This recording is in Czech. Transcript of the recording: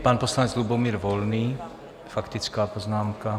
Pan poslanec Lubomír Volný, faktická poznámka.